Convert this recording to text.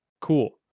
cool